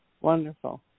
Wonderful